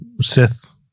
Sith